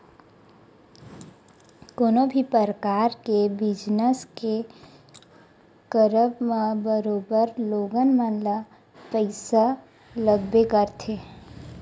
कोनो भी परकार के बिजनस के करब म बरोबर लोगन मन ल पइसा लगबे करथे